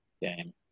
game